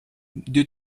due